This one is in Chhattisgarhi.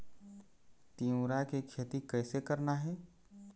तिऊरा के खेती कइसे करना हे?